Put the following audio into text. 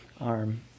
arm